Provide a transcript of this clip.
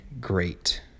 great